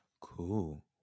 cool